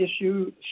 issue